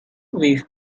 with